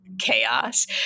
chaos